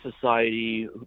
society